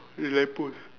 the lamp post